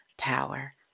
power